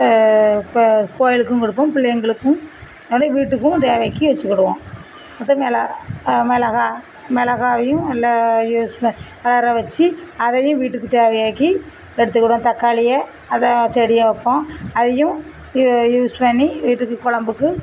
இப்போ கோவிலுக்கும் கொடுப்போம் பிள்ளைங்களுக்கும் நிறைய வீட்டுக்கும் தேவைக்கு வச்சுக்கிடுவோம் அடுத்து மெள முளகா முளகாவையும் நல்லா யூஸ் ன வேறே வச்சு அதையும் வீட்டுக்கு தேவைக்கு எடுத்துக்கிடுவோம் தக்காளியை அதை செடியை வைப்போம் அதையும் யூ யூஸ் பண்ணி வீட்டுக்கு குழம்புக்கு